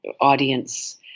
audience